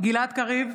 גלעד קריב,